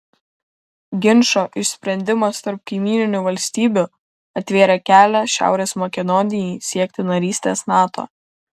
ginčo išsprendimas tarp kaimyninių valstybių atvėrė kelią šiaurės makedonijai siekti narystės nato